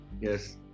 Yes